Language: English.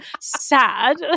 sad